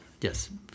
yes